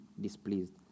displeased